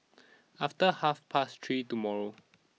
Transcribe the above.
after half past three tomorrow